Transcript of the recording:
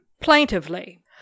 Plaintively